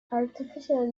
artificial